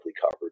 covered